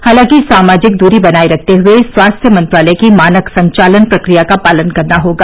हालांकि सामाजिक दूरी बनाए रखते हुए स्वास्थ्य मंत्रालय की मानक संचालन प्रक्रिया का पालन करना होगा